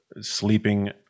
sleeping